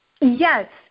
Yes